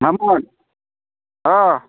मामोन अह